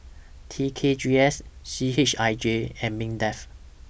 T K G S C H I J and Mindef